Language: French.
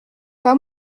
pas